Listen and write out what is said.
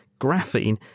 graphene